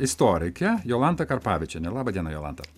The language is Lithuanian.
istorikė jolanta karpavičienė laba diena jolanta